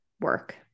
work